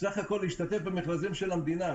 בסך הכול נדרש להשתתף במכרזים של המדינה.